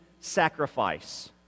sacrifice